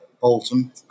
Bolton